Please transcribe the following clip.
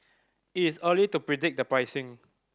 it is early to predict the pricing